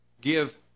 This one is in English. give